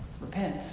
Repent